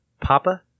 Papa